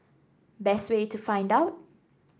best way to find out